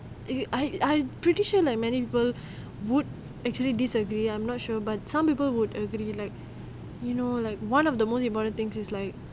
as in I I pretty sure that many people would actually disagree I'm not sure but some people would agree like you know like one of the most important things is like